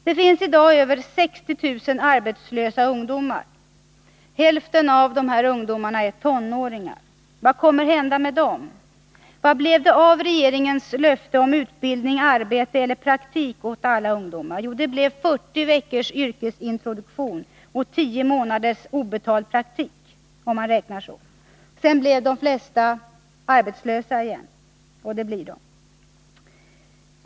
Det finns i dag över 60 000 arbetslösa ungdomar. Hälften av dem är tonåringar. Vad kommer att hända med dem? Vad blev det av regeringens löfte om utbildning, arbete eller praktik åt alla ungdomar? Jo, det blev 40 veckors yrkesintroduktion och 10 månaders obetald praktik, om man räknar så. Sedan blir de flesta arbetslösa igen.